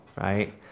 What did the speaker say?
right